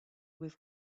with